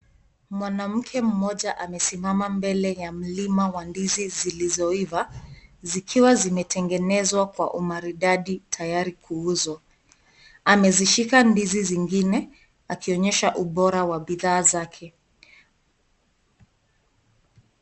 Mwanamke mmoja amesimama mbele ya milima wa ndizi zilizoiva zikiwa zimetengenezwa kwa umaridadi tayari kuuzwa. Amekishika ndizi zingine akionyesha ubora wa bidhaa zake.